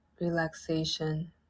relaxation